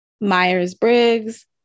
Myers-Briggs